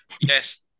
Yes